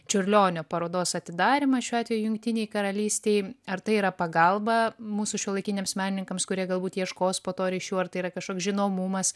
čiurlionio parodos atidarymą šiuo atveju jungtinei karalystei ar tai yra pagalba mūsų šiuolaikiniams menininkams kurie galbūt ieškos po to ryšių ar tai yra kažkoks žinomumas